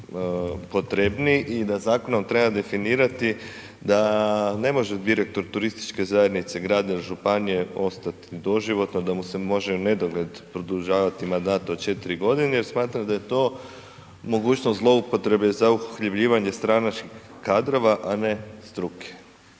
potrebniji i da zakonom treba definirati da ne može direktor turističke zajednice grada, županije ostati doživotno, da mu se može u nedogled produžavati mandat od 4 godine. Jer smatram da je to mogućnost zloupotrebe za uhljebljivanje stranačkih kadrova, a ne struke.